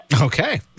Okay